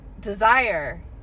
desire